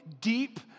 deep